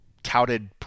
Touted